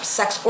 sex